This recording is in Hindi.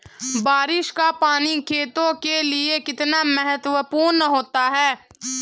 बारिश का पानी खेतों के लिये कितना महत्वपूर्ण होता है?